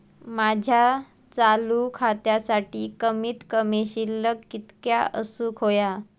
माझ्या चालू खात्यासाठी कमित कमी शिल्लक कितक्या असूक होया?